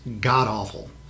god-awful